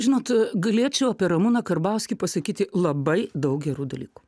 žinot galėčiau apie ramūną karbauskį pasakyti labai daug gerų dalykų